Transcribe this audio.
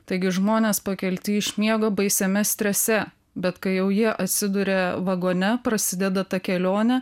taigi žmonės pakelti iš miego baisiame strese bet kai jau jie atsiduria vagone prasideda ta kelionė